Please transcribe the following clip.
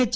H